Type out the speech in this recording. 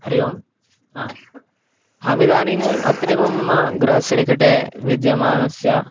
हरिः ओम् आ हम् इदानीम् अत्रैव मम गृहस्य निकटे विद्यमानस्य